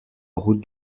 route